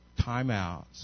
timeouts